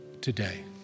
today